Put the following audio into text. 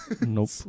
Nope